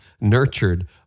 nurtured